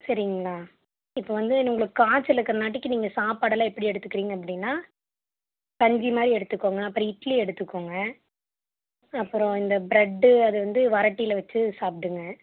சரிங்களா இப்போ வந்து நம்மளுக்கு காய்ச்சலுக்கு நீங்கள் சாப்பாடெல்லாம் எப்படி எடுத்துக்குறிங்க அப்படின்னா கஞ்சி மாதிரி எடுத்துக்கோங்க அப்புறம் இட்லி எடுத்துக்கோங்க அப்புறம் இந்த பிரட் அது வந்து வரட்டில வச்சு சாப்பிடுங்க